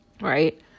right